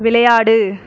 விளையாடு